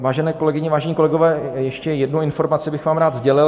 Vážené kolegyně, vážení kolegové, ještě jednu informaci bych vám rád sdělil.